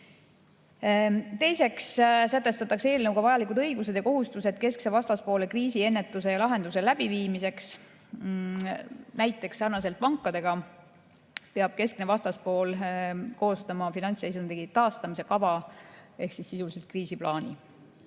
Teiseks sätestatakse eelnõuga vajalikud õigused ja kohustused keskse vastaspoole kriisiennetuse ja ‑lahenduse läbiviimiseks. Näiteks sarnaselt pankadega peab keskne vastaspool koostama finantsseisundi taastamise kava ehk sisuliselt kriisiplaani